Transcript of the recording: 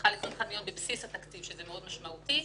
הבטחה --- בבסיס התקציב שזה מאוד משמעותי,